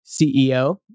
CEO